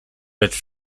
lecz